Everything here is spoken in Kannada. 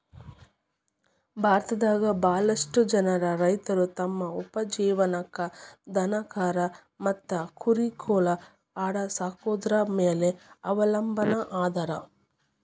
ಭಾರತದಾಗ ಬಾಳಷ್ಟು ಜನ ರೈತರು ತಮ್ಮ ಉಪಜೇವನಕ್ಕ ದನಕರಾ ಮತ್ತ ಕುರಿ ಕೋಳಿ ಆಡ ಸಾಕೊದ್ರ ಮ್ಯಾಲೆ ಅವಲಂಬನಾ ಅದಾರ